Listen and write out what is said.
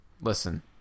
Listen